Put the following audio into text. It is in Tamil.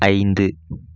ஐந்து